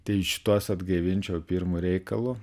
tai šituos atgaivinčiau pirmu reikalu